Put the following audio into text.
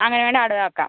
അങ്ങനെ വേണേൽ ആ അടവാക്കാം